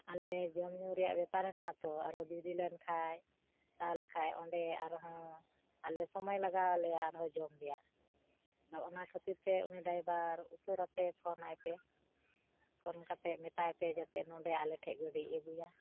ᱟᱞᱮ ᱡᱚᱢᱼᱧᱩ ᱨᱮᱭᱟᱜ ᱵᱮᱯᱟᱨ ᱦᱮᱱᱟᱜᱼᱟ ᱛᱚ ᱟᱨᱚ ᱫᱮᱨᱤᱞᱮᱱ ᱠᱷᱟᱡ ᱛᱟᱦᱞᱮ ᱠᱷᱟᱡ ᱚᱸᱰᱮ ᱟᱨᱦᱚᱸ ᱟᱞᱮ ᱥᱚᱢᱚᱭ ᱞᱟᱜᱟᱣ ᱞᱮᱭᱟ ᱟᱨᱦᱚᱸ ᱡᱚᱢ ᱨᱮᱭᱟᱜ ᱚᱱᱟ ᱠᱷᱟᱹᱛᱤᱨᱛᱮ ᱩᱱᱤ ᱰᱟᱭᱵᱟᱨ ᱩᱥᱟᱹᱨᱟᱛᱮ ᱯᱷᱚᱱᱟᱭ ᱯᱮ ᱯᱷᱚᱱ ᱠᱟᱛᱮᱫ ᱢᱮᱛᱟᱭ ᱯᱮ ᱡᱟᱛᱮ ᱱᱚᱰᱮ ᱟᱞᱮ ᱴᱷᱮᱡ ᱜᱟᱹᱰᱤᱭ ᱟᱹᱜᱩᱭᱟ